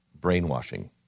brainwashing